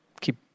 keep